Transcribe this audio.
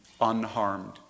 unharmed